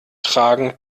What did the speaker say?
tragen